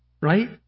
right